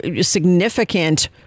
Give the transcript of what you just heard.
significant